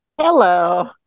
Hello